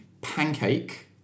pancake